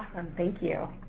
and thank you.